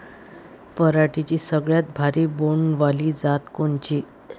पराटीची सगळ्यात भारी बोंड वाली जात कोनची?